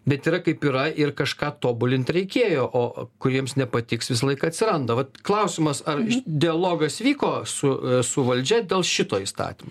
bet yra kaip yra ir kažką tobulint reikėjo o kuriems nepatiks visąlaik atsiranda va klausimas ar dialogas vyko su su valdžia dėl šito įstatymo